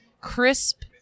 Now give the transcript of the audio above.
crisp